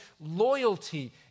loyalty